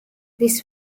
this